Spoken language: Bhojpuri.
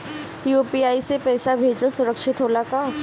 यू.पी.आई से पैसा भेजल सुरक्षित होला का?